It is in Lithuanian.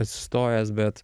atsistojęs bet